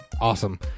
awesome